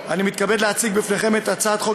אני מתכבד להציג בפניכם את הצעת חוק